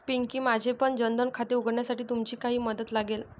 पिंकी, माझेपण जन धन खाते उघडण्यासाठी तुमची काही मदत लागेल